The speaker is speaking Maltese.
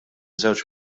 żewġ